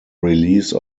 release